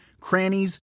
crannies